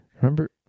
remember